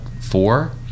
four